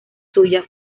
suya